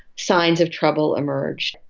signs of trouble emerged.